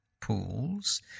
pools